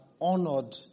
honored